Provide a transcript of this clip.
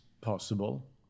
possible